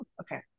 Okay